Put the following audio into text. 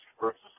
versus